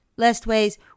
lestways